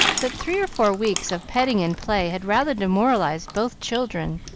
but three or four weeks of petting and play had rather demoralized both children,